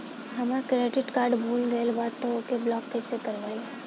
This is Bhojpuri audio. हमार क्रेडिट कार्ड भुला गएल बा त ओके ब्लॉक कइसे करवाई?